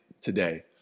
today